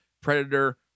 Predator